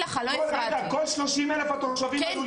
כל 30 אלף התושבים עלולים להיפגע.